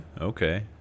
Okay